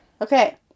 Okay